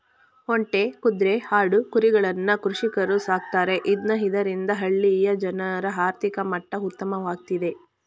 ಒಂಟೆ, ಕುದ್ರೆ, ಆಡು, ಕುರಿಗಳನ್ನ ಕೃಷಿಕರು ಸಾಕ್ತರೆ ಇದ್ನ ಇದರಿಂದ ಹಳ್ಳಿಯ ಜನರ ಆರ್ಥಿಕ ಮಟ್ಟ ಉತ್ತಮವಾಗ್ತಿದೆ